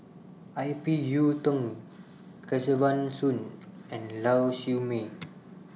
Ip Yiu Tung Kesavan Soon and Lau Siew Mei